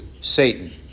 Satan